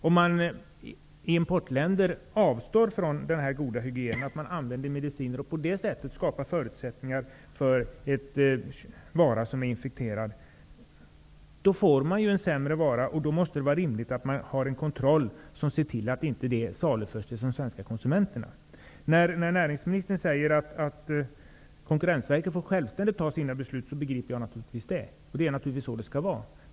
Om man i exportländer avstår från denna goda hygien, använder mediciner och på det sättet skapar förutsättningar för en vara som är infekterad, får man en sämre vara. Då måste det vara rimligt att ha en kontroll som ser till att denna vara inte saluförs till de svenska konsumenterna. Naturligtvis begriper jag det näringsministern säger, att Konkurrensverket fattar sina beslut självständigt. Det är så det skall vara.